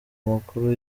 amakuru